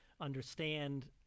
understand